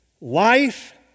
Life